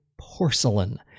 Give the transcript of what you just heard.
porcelain